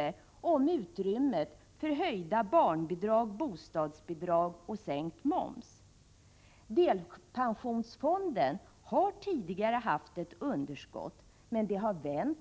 heller om utrymmet för höjda barnbidrag, bostadsbidrag och sänkt moms. Delpensionsfonden har tidigare haft ett underskott, men det har vänt.